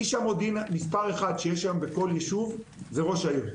איש המודיעין מספר אחת שיש היום בכל יישוב זה ראש העיר.